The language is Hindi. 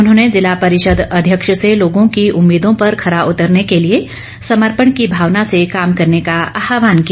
उन्होंने जिला परिषद अध्यक्ष से लोगों की उम्मीदों पर खरा उतरने के लिए समर्पण की भावना से काम करने का आहवान किया